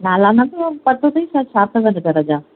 नाला न आहे पतो तई छा आहे घर जा